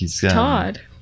Todd